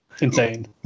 insane